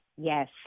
Yes